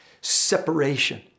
Separation